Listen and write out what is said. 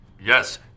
Yes